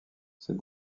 ses